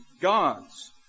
gods